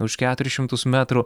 už keturis šimtus metrų